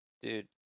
Dude